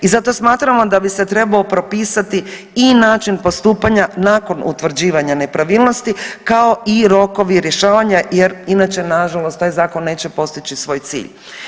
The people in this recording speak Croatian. I zato smatramo da bi se trebao propisati i način postupanja nakon utvrđivanja nepravilnosti kao i rokovi rješavanja jer inače nažalost taj zakon neće postići svoj cilj.